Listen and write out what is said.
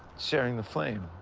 sharing the flame.